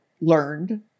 learned